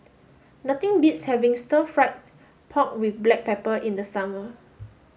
nothing beats having stir fry pork with black pepper in the summer